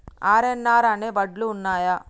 RNR అనే వడ్లు ఉన్నయా?